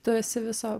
tu esi viso